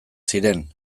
ziren